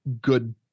good